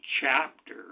chapter